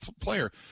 player